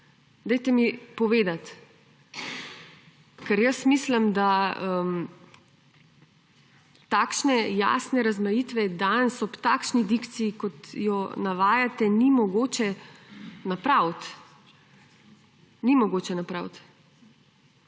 Povejte mi, ker mislim, da takšne jasne razmejitve danes, ob takšni dikciji, kot jo navajate, ni mogoče napraviti – ni mogoče napraviti